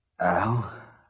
Al